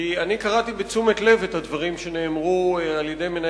כי קראתי בתשומת לב את הדברים שאמר מנהל